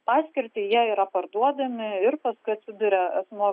paskirtį jie yra parduodami ir paskui atsiduria asmuo